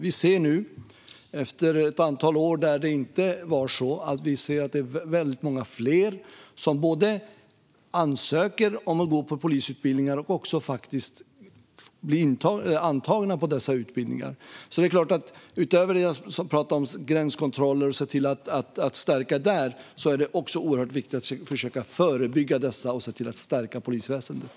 Vi ser nu, efter ett antal år då det inte varit så, att det är många fler som både ansöker om att gå på polisutbildningar och också blir antagna till dessa utbildningar. Det är klart att det, utöver det jag sagt om gränskontroller och att stärka dem, också är oerhört viktigt att försöka förebygga dessa brott och stärka polisväsendet.